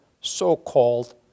so-called